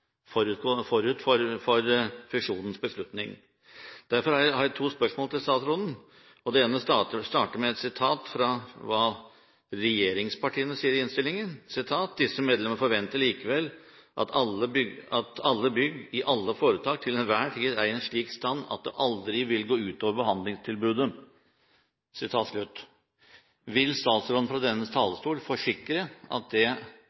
forut for beslutningen om fusjon. Derfor har jeg to spørsmål til statsråden. Jeg starter med et sitat fra hva regjeringspartiene sier i innstillingen: «Disse medlemmer forventer likevel at alle bygg i alle foretak til enhver tid er i slik stand at det aldri vil gå ut over behandlingstilbudet.» Vil statsråden fra denne talerstol forsikre at det